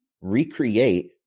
recreate